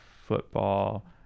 football